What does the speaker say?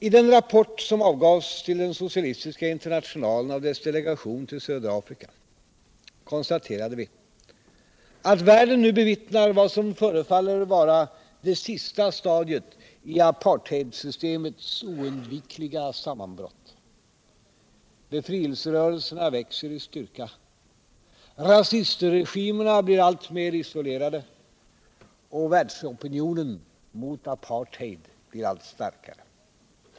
I den rapport som avgavs till den Socialistiska Internationalen av dess delegation till Södra Afrika konstaterade vi att världen nu bevittnar vad som förefaller vara det sista stadiet i apartheidsystemets oundvikliga sammanbrott. Befrielserörelserna växer i styrka, rasistregimerna blir alltmer isolerade och världsopinionen mot apartheid blir allt starkare.